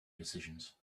decisions